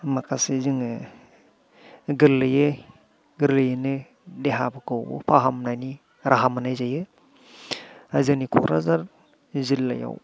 माखासे जोङो गोरलैयै गोरलैयैनो देहाफोरखौ फाहामनायनि राहा मोननाय जायो जोंनि क'क्राझार जिल्लायाव